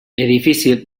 edifici